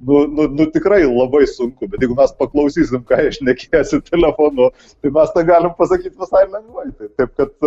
nu nu tikrai labai sunku bet jeigu mes paklausysim ką jie šnekėjosi telefonu tai mes tą galim pasakyt visai lengvai taip kad